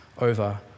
over